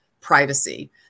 privacy